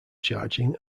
charging